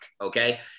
okay